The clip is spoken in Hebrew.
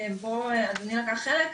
בו אדוני לקח חלק,